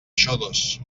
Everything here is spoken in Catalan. xodos